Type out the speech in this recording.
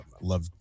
love